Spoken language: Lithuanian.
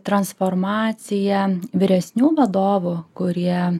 transformaciją vyresnių vadovų kurie